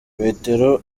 petero